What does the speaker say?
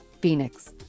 Phoenix